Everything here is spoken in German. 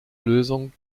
lösung